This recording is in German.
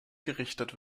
gerichtet